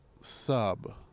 sub